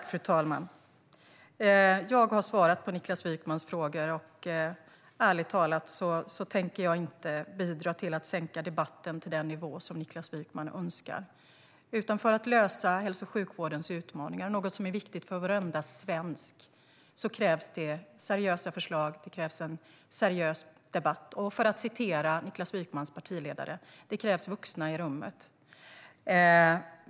Fru talman! Jag har svarat på Niklas Wykmans frågor, och ärligt talat tänker jag inte bidra till att sänka debatten till den nivå som Niklas Wykman önskar. För att lösa hälso och sjukvårdens utmaningar, något som är viktigt för varenda svensk, krävs seriösa förslag och en seriös debatt och, för att citera Niklas Wykmans partiledare, vuxna i rummet.